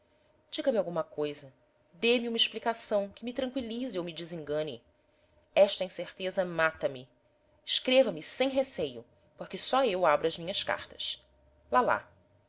diga-me alguma coisa dê-me uma explicação que me tranqüilize ou me desengane esta incerteza mata-me escreva-me sem receio porque só eu abro as minhas cartas lalá